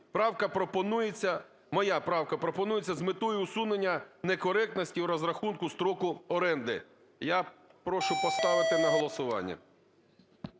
моя правка пропонується з метою усунення некоректності у розрахунку строку оренди. Я прошу поставити на голосування.